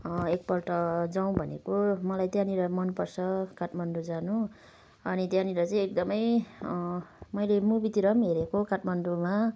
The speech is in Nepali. एकपल्ट जाउँ भनेको मलाई त्यहाँनिर मन पर्छ काठमाडौँ जानु अनि त्यहाँनिर चाहिँ एकदमै मैले मुभीतिर पनि हेरेको काठमाडौँमा